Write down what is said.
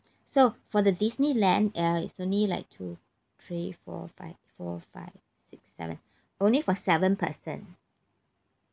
so for the disneyland uh it's only like two three four five four five six seven only for seven person